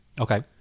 Okay